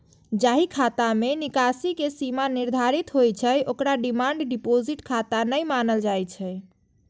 जाहि खाता मे निकासी के सीमा निर्धारित होइ छै, ओकरा डिमांड डिपोजिट खाता नै मानल जाइ छै